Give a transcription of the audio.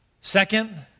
Second